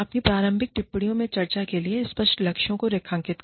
अपनी प्रारंभिक टिप्पणियों में चर्चा के लिए स्पष्ट लक्ष्यों को रेखांकित करें